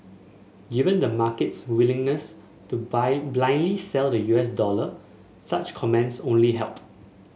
given the market's willingness to blindly sell the U S dollar such comments only help